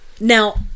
Now